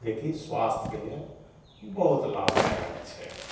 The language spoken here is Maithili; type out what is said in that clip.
जेकि स्वास्थके लिए बहुत लाभदायक छै